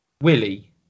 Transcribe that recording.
Willie